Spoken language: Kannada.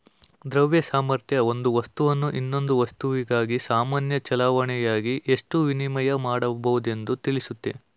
ದ್ರವ್ಯ ಸಾಮರ್ಥ್ಯ ಒಂದು ವಸ್ತುವನ್ನು ಇನ್ನೊಂದು ವಸ್ತುವಿಗಾಗಿ ಸಾಮಾನ್ಯ ಚಲಾವಣೆಯಾಗಿ ಎಷ್ಟು ವಿನಿಮಯ ಮಾಡಬಹುದೆಂದು ತಿಳಿಸುತ್ತೆ